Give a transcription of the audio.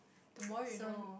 tomorrow you know